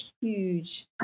huge